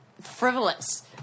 frivolous